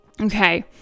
Okay